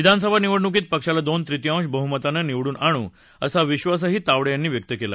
विधानसभा निवडणुकीत पक्षाला दोन तृतीयांश बह्मतानं निवडून आणू असा विश्वासही तावडे यांनी व्यक्त केला